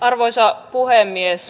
arvoisa puhemies